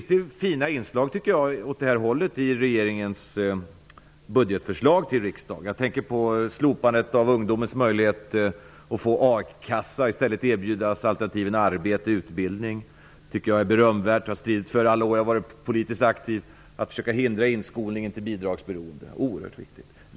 Jag tycker att det finns fina inslag i denna riktning i regeringens budgetförslag till riksdagen. Jag tänker på slopandet av ungdomars möjlighet att få akasseersättning och att de i stället erbjuds alternativen arbete eller utbildning. Jag tycker att detta är berömvärt, och detta är sådant som jag har stritt för under alla år som jag har varit politiskt aktiv. Det är oerhört viktigt att försöka hindra inskolningen till bidragsberoende.